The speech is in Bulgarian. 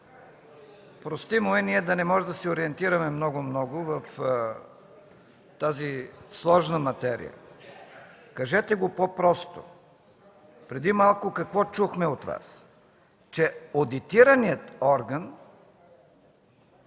Простимо е да не можем да се ориентираме много-много в тази сложна материя. Кажете го по-просто. Какво чухме преди малко от Вас? – Че одитираният орган